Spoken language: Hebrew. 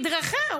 מדרכה,